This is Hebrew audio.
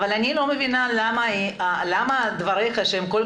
אבל אני לא מבינה למה דברייך שהם כל